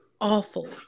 awful